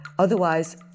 Otherwise